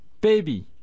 Baby